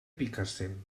picassent